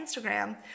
Instagram